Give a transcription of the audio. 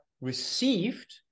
received